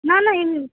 না না এমনি